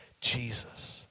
Jesus